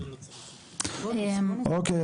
אוקיי,